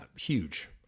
Huge